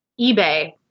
eBay